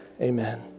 Amen